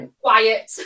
Quiet